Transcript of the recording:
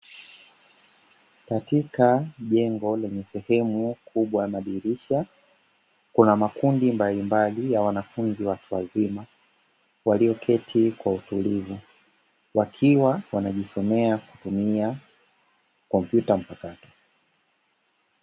Katika jengo lenye sehemu kubwa na dirisha, kuna makundi mbalimbali ya wanafunzi watu wazima, walioketi kwa utulivu wakiwa wanajisomea kutumia kompyuta.